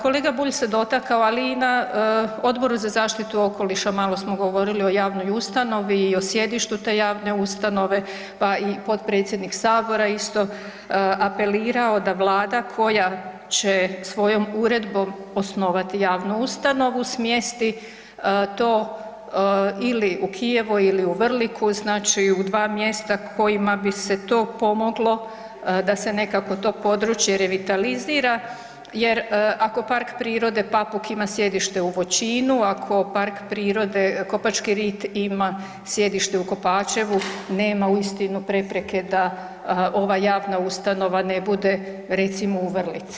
Kolega Bulj se dotakao, ali i na Odboru za zaštitu okoliša malo smo govorili o javnoj ustanovi i o sjedištu te javne ustanove, pa i potpredsjednik sabora je isto apelirao da vlada koja će svojom uredbom osnovati javnu ustanovu smjesti to ili u Kijevo ili u Vrliku, znači u dva mjesta kojima bi se to pomoglo da se nekako to područje revitalizira jer ako Park prirode Papuk ima sjedište u Voćinu, ako Park prirode Kopački rit ima sjedište u Kopačevu, nema uistinu prepreke da ova javna ustanova ne bude recimo u Vrlici.